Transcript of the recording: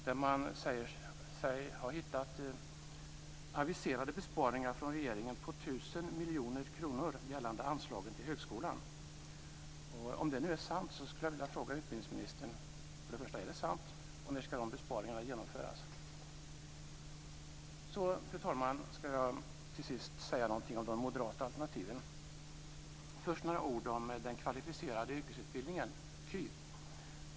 Där säger man sig ha hittat aviserade besparingar från regeringen på 1 000 miljoner kronor gällande anslaget till högskolan. Jag skulle vilja fråga utbildningsministern: Är det sant? Och när ska de besparingarna genomföras? Till sist, fru talman, ska jag säga något om de moderata alternativen. Först några ord om den kvalificerade yrkesutbildningen, KY.